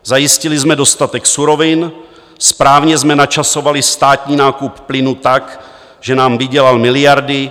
Zajistili jsme dostatek surovin, správně jsme načasovali státní nákup plynu tak, že nám vydělal miliardy.